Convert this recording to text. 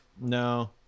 no